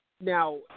Now